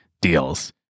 deals